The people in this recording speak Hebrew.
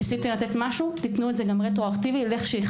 ניסיתם לתת משהו תיתנו את זה גם רטרואקטיבי לכשייחתם.